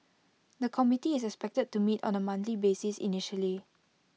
the committee is expected to meet on A monthly basis initially